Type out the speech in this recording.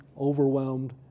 overwhelmed